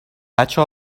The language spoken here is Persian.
بچه